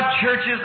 churches